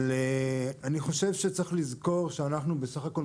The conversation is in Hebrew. אני חושב שצריך לזכור שאנחנו בסך הכול,